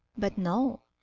but no!